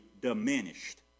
diminished